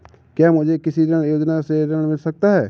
क्या मुझे कृषि ऋण योजना से ऋण मिल सकता है?